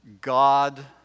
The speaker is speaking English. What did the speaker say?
God